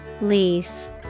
Lease